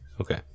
Okay